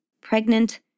Pregnant